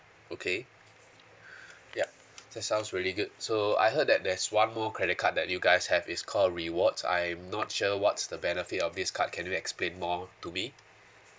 okay yup that sounds really good so I heard that there's one more credit card that you guys have it's called rewards I am not sure what's the benefit of this card can you explain more to me